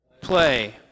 play